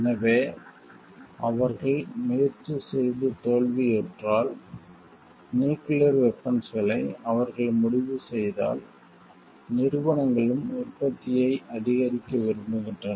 எனவே அவர்கள் முயற்சி செய்து தோல்வியுற்றால் நியூக்கிளியர் வெபன்ஸ்களை அவர்கள் முடிவு செய்தால் நிறுவனங்களும் உற்பத்தியை அதிகரிக்க விரும்புகின்றன